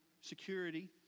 security